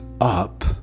up